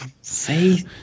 Say